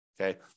Okay